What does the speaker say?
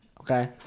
Okay